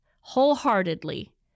wholeheartedly